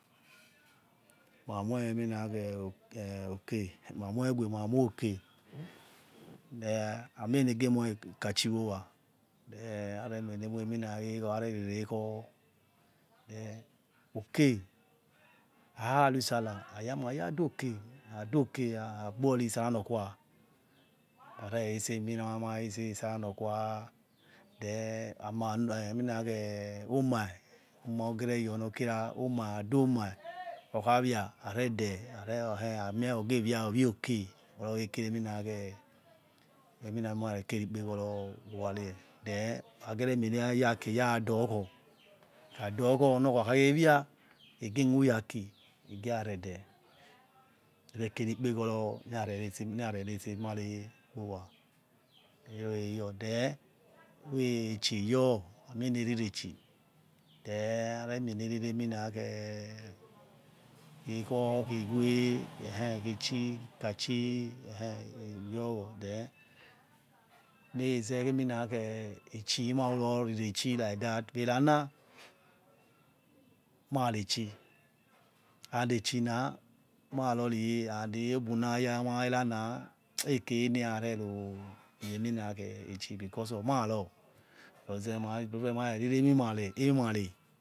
Ma moi eminakhe eh okema mue evea mue oke then ami enegemoi ikchi wor owa eh are moi yemoi emina ekhor arerirekhor thethen oke hakha rui salkah thaya maya dor oke ha ha gbori salkah nokwaareresi eminakhe omai ogereyor nokirah omai adoman okha via aredeh are ekhe amie ogevia ivio oke ora okhei kireminakhe emina nurarekeri ikpegoro oware then agare miene ya aki erador okho akha dor okho onor okho okha khei via igemuya aki he raredeh ekehe kiri ikpegoro ni yare resemare owa iyor eyor then echieyor ami ene riri eminakhe ekhor khe ewe ekhe echi ikachi ekhe eyor wor than emekhe zeh echi maruroriri echi like that erana ma reh echi and echi na na rori and ebu nayamah erana ekere neh ra re eri mie eminakhe echi because of maror roze ma prefer mareriri emimare eminare